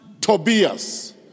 Tobias